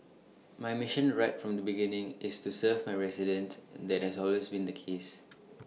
my mission right from the beginning is to serve my residents that has always been the case